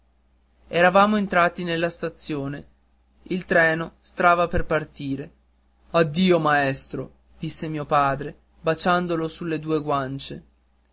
eravamo entrati nella stazione il treno stava per partire addio maestro disse mio padre baciandolo sulle due guancie